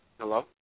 Hello